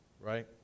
right